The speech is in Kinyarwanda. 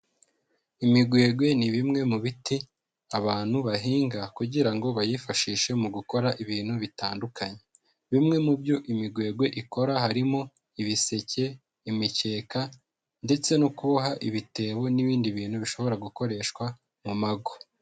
Imigwegwe ni bimwe mu biti abantu bahinga kugira ngo bayifashishe mu gukora ibintu bitandukanye, bimwe mu byo imigwegwe ikora harimo ibiseke, imikeka ndetse no kuboha ibitebo n'ibindi bintu bishobora gukoreshwa mu mago.